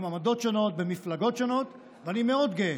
עם עמדות שונות, במפלגות שונות, ואני מאוד גאה,